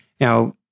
Now